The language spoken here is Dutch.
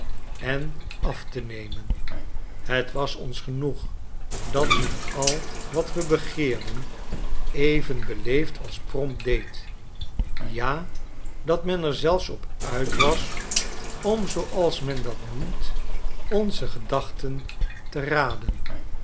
en af te nemen het was ons genoeg dat men al wat we begeerden even beleefd als prompt deed ja dat men er zelfs op uit was om zooals men dat noemt onze gedachten te raden